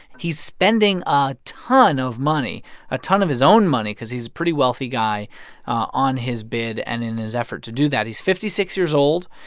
he's spending a ton of money a ton of his own money cause he's pretty wealthy guy on his bid and in his effort to do that. he's fifty six years old.